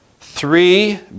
Three